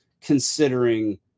considering